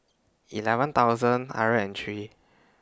eleven thousand hundred and three